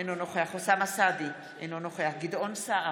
אינו נוכח אוסאמה סעדי, אינו נוכח גדעון סער,